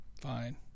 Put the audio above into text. fine